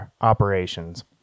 operations